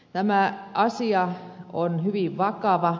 tämä asia on hyvin vakava